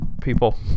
people